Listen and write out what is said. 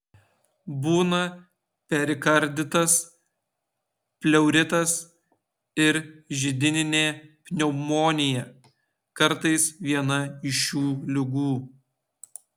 būna perikarditas pleuritas ir židininė pneumonija kartais viena iš šių ligų